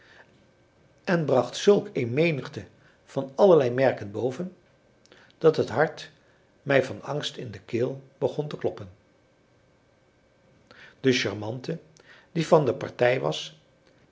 en bracht zulk een menigte van allerlei merken boven dat het hart mij van angst in de keel begon te kloppen de charmante die van de partij was